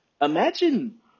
imagine